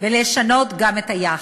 ולשנות גם את היחס.